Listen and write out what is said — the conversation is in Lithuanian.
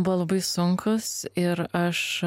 buvo labai sunkūs ir aš